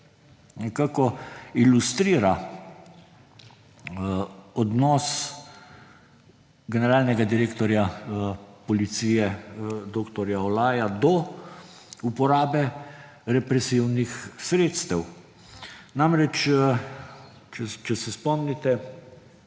nekako ilustrira odnos generalnega direktorja policije dr. Olaja do uporabe represivnih sredstev. Namreč, če se spomnite